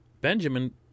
Benjamin